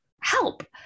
help